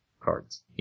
cards